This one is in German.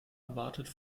erwartet